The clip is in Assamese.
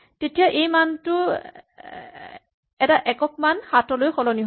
তেতিয়া এই মানটো এটা একক মান ৭ লৈ সলনি হ'ব